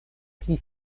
pli